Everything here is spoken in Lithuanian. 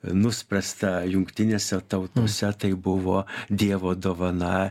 nuspręsta jungtinėse tautose tai buvo dievo dovana